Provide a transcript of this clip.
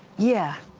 yeah.